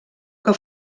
que